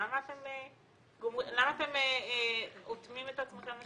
למה אתם אוטמים את עצמכם לשישה חודשים?